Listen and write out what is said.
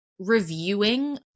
reviewing